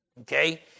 Okay